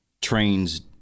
trains